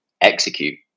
execute